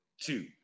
two